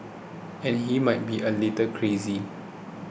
and he might be a little crazy